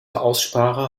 aussprache